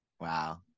Wow